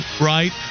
right